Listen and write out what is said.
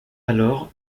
alors